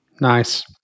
Nice